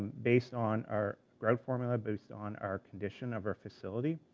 based on our grout formula based on our condition of our facility,